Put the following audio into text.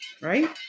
Right